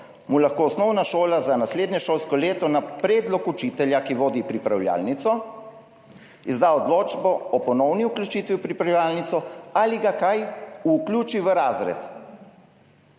mu lahko osnovna šola za naslednje šolsko leto na predlog učitelja, ki vodi pripravljalnico, izda odločbo o ponovni vključitvi v pripravljalnico ali ga – kaj? – vključi v razred.